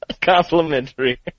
Complimentary